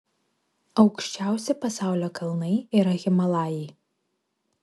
aukščiausi pasaulio kalnai yra himalajai